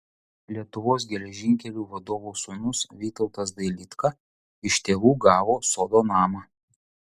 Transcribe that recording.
lietuvos geležinkelių vadovo sūnus vytautas dailydka iš tėvų gavo sodo namą